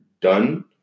done